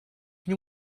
mnie